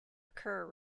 occur